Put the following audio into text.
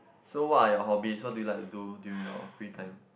so what are your hobbies what do you like to do during your free time